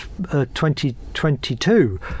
2022